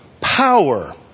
Power